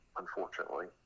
unfortunately